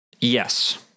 Yes